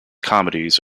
comedies